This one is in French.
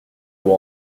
lois